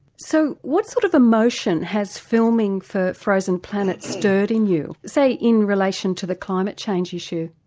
so what sort of emotion has filming for frozen planet stirred in you? say, in relation to the climate change issue?